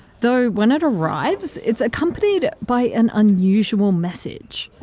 though when it arrives, it's accompanied by an unusual message.